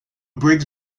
breaks